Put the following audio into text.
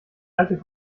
alte